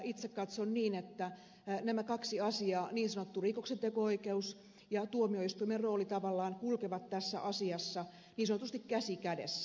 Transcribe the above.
itse katson niin että nämä kaksi asiaa niin sanottu rikoksenteko oikeus ja tuomioistuimen rooli tavallaan kulkevat tässä asiassa niin sanotusti käsi kädessä